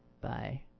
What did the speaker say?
Bye